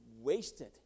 wasted